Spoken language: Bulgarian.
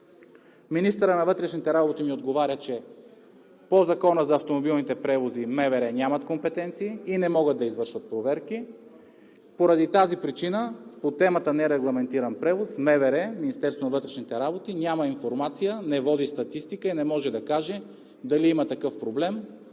Министърът на вътрешните работи ми отговаря, че по Закона за автомобилните превози МВР нямат компетенции и не могат да извършат проверки. Поради тази причина по темата „нерегламентиран превоз“ Министерството на вътрешните работи няма информация, не води статистика и не може да каже дали има такъв проблем,